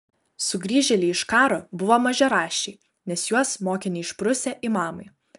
sugrįžėliai iš karo buvo mažaraščiai nes juos mokė neišprusę imamai